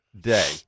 day